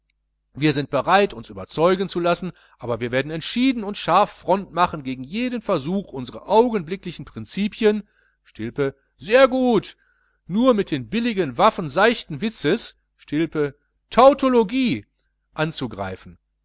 wir sind bereit uns überzeugen zu lassen aber wir werden entschieden und scharf front machen gegen jeden versuch unsre augenblicklichen prinzipien stilpe sehr gut nur mit den billigen waffen seichten witzes stilpe tautologie anzugreifen